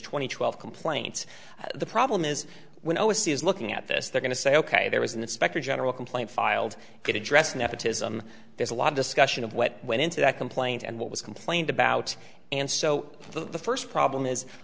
and twelve complaints the problem is when overseas looking at this they're going to say ok there was an inspector general complaint filed it addressed nepotism there's a lot of discussion of what went into that complaint and what was complained about and so the first problem is